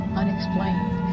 unexplained